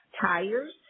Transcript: tires